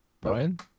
Brian